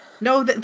no